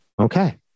Okay